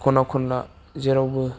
ख'ना ख'नला जेरावबो